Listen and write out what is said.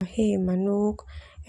He manuk.